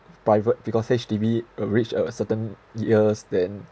private because H_D_B will reach a certain years then